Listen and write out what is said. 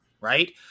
right